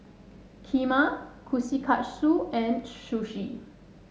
Kheema Kushikatsu and Sushi